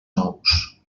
nous